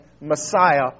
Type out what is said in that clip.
Messiah